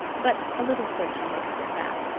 but a little searching recovered that.